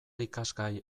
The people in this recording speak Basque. ikasgai